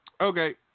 okay